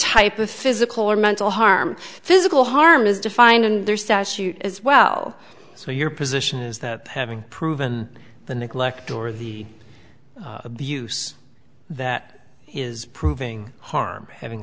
type of physical or mental harm physical harm is defined in their statute as well so your position is that having proven the neglect or the abuse that is proving harm having